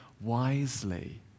wisely